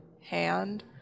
hand